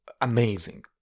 amazing